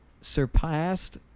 surpassed